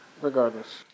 regardless